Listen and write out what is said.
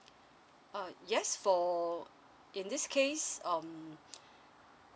uh yes for in this case um